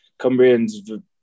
Cumbrians